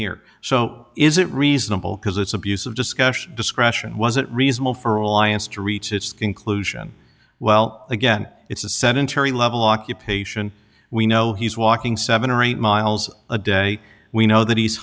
here so is it reasonable cause it's abuse of discussion discretion was it reasonable for alliance to reach its conclusion well again it's a sedentary level occupation we know he's walking seven or eight miles a day we know that he's